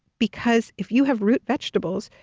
because if you have root vegetables,